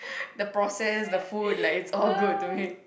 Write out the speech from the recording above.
the process the food like it's all good to me